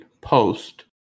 post